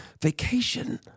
vacation